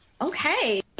Okay